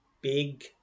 Big